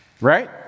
right